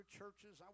churches